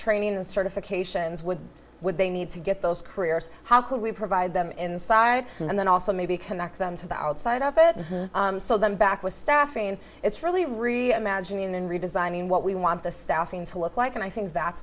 training and certifications what would they need to get those careers how could we provide them inside and then also maybe connect them to the outside of it so then back with staffing it's really really imagine in redesigning what we want the staffing to look like and i think that's